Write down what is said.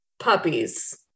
Puppies